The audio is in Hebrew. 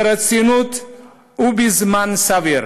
ברצינות ובזמן סביר.